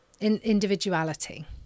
individuality